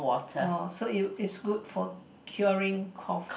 oh so you is good for curing cough